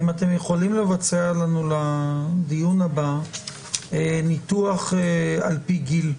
אם אתם יכולים לבצע לנו לדיון הבא ניתוח על פי גיל.